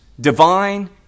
divine